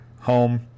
home